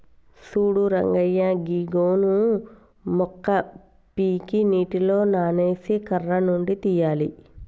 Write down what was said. సూడు రంగయ్య గీ గోను మొక్క పీకి నీటిలో నానేసి కర్ర నుండి తీయాలి